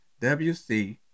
wc